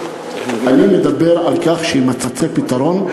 אני מדבר על כך שיימצא פתרון.